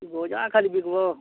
ଗଜା ଖାଲି ବିକ୍ବ